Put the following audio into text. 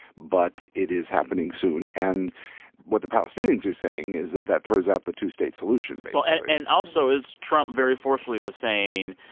but it is happening soon. and what the palestinians are saying is that that throws out the two-state solution, basically but yeah and also, as trump very forcefully was saying,